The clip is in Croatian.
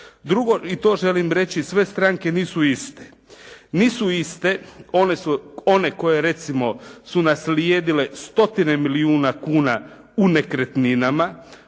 Drugo i to želim reći. Sve stranke nisu iste. Nisu iste one koje recimo su naslijedile stotine milijuna kuna u nekretninama,